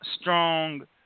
strong